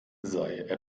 sei